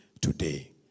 today